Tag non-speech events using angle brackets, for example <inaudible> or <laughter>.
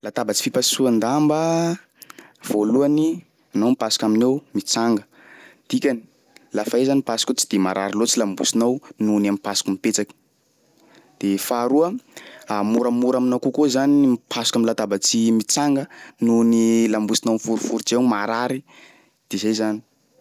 Latabatsy fipasohan-damba, voalohany anao mipasoka aminy eo mitsanga dikany lafa iha zany mipasoka eo tsy de marary loatry lambosinao noho ny am'mipasoka mipetsaky de faharoa <hesitation> moramora aminao kokoa zany ny mipasoky amin' ny latabatsy mitsanga noho ny lambosinao miforiforitsy eo marary de zay zany.